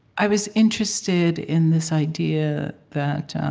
i was interested in this idea that